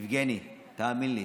יבגני, תאמין לי,